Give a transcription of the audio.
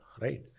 right